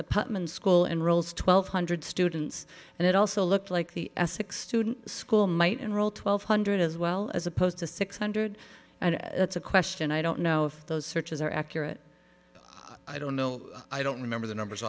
putman school and rolls twelve hundred students and it also looked like the essex student school might enroll twelve hundred as well as opposed to six hundred and it's a question i don't know if those searches are accurate i don't know i don't remember the numbers